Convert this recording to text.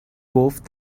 گفت